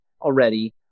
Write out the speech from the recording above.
already